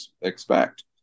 expect